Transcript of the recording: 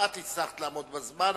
כמעט הצלחת לעמוד בזמן.